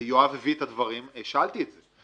שיואב הביא את הדברים שאלתי את זה.